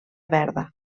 verda